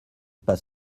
pas